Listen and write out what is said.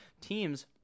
Team's